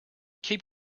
keep